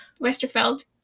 Westerfeld